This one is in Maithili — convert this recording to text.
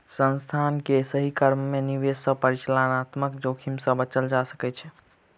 संस्थान के सही क्रम में निवेश सॅ परिचालनात्मक जोखिम से बचल जा सकै छै